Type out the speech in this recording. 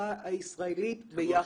ובחברה הישראלית ביחד.